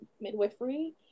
midwifery